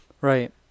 right